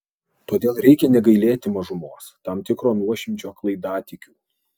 todėl reikia negailėti mažumos tam tikro nuošimčio klaidatikių